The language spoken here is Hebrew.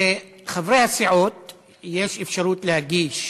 לחברי הסיעות יש אפשרות להגיש